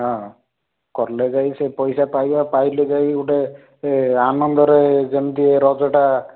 ହଁ କରିଲେ ଯାଇ ସେ ପଇସା ପାଇବା ପାଇଲେ ଯାଇକି ଗୁଟେ ଏ ଆନନ୍ଦରେ ଯେମିତି ଏ ରଜଟା